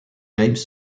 james